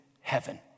heaven